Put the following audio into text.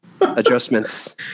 adjustments